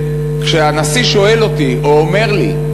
כשהנשיא שואל אותי, או אומר לי: